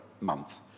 month